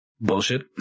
bullshit